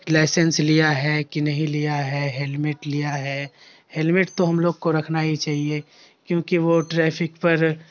licence لیا ہے کہ نہیں لیا ہے ہیلمیٹ لیا ہے ہیلمیٹ تو ہم لوگ کو رکھنا ہی چاہیے کیونکہ وہ ٹریفک پر